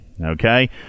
okay